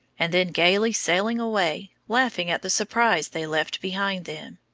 and then gayly sailing away, laughing at the surprise they left behind them.